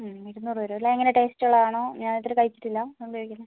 ഹ്മ് ഇരുന്നൂറ് വരും അല്ലേ എങ്ങനെ ടേസ്റ്റ് ഉള്ളത് ആണോ ഞാൻ ഇതുവരെ കഴിച്ചിട്ട് ഇല്ല ഞാൻ കഴി